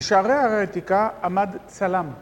שערי הרתיקה עמד צלם.